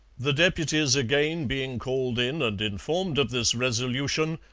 the deputies, again being called in and informed of this resolution,